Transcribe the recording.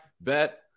Bet